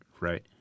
right